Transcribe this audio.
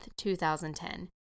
2010